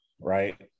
right